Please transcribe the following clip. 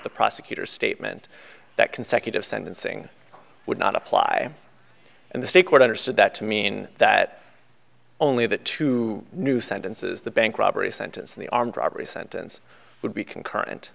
the prosecutor's statement that consecutive sentencing would not apply and the state court understood that to mean that only that two new sentences the bank robbery sentence and the armed robbery sentence would be concurrent